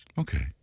Okay